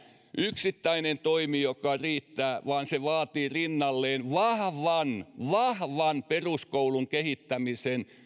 yksittäinen toimi joka riittää vaan se vaatii rinnalleen vahvan vahvan peruskoulun kehittämisen